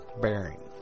bearing